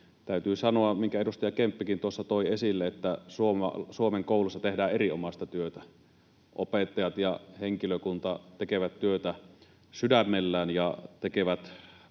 Täytyy sanoa se, minkä edustaja Kemppikin tuossa toi esille, että Suomen kouluissa tehdään erinomaista työtä. Opettajat ja henkilökunta tekevät työtä sydämellään ja tekevät